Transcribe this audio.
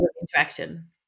interaction